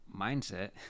mindset